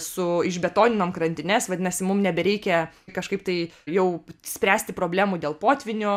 su išbetoninom krantines vadinasi mums nebereikia kažkaip tai jau spręsti problemų dėl potvynių